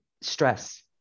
Stress